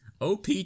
OP